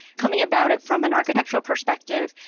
coming about it from an architectural perspective,